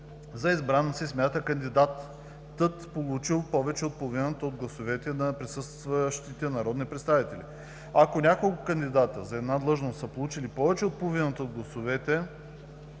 За избран се смята кандидатът, получил повече от половината от гласовете на присъстващите народни представители. Ако няколко кандидати за една длъжност са получили повече от половината от гласовете